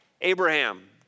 Abraham